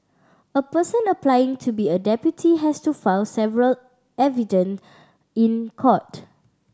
a person applying to be a deputy has to file several affidavit in court